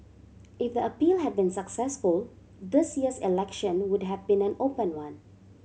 if the appeal had been successful this year's election would have been an open one